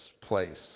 place